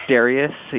Darius